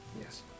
Yes